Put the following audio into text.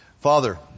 Father